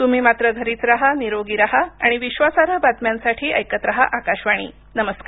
तम्ही मात्र घरीच राहा निरोगी राहा आणि विश्वासार्ह बातम्यांसाठी ऐकत राहा आकाशवाणी नमस्कार